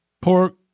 pork